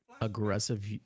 Aggressive